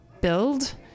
build